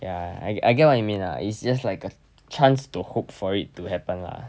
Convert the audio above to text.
ya I I get what you mean lah it's just like a chance to hope for it to happen lah